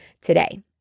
today